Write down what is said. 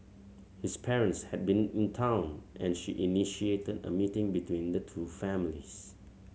his parents had been in town and she initiated a meeting between the two families